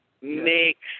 makes